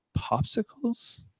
popsicles